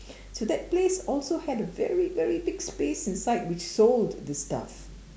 so that place also had a very very big space inside which sold this stuff